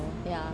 ya